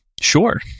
Sure